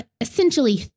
essentially